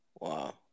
Wow